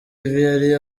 yari